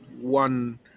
one